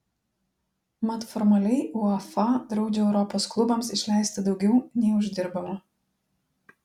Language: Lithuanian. mat formaliai uefa draudžia europos klubams išleisti daugiau nei uždirbama